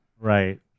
right